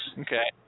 Okay